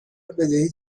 بدهی